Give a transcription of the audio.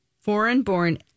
foreign-born